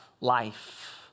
life